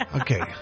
Okay